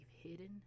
hidden